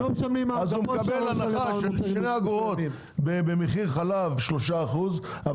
אז הוא מקבל הנחה של שתי אגורות במחיר חלב 3 אחוזי שומן,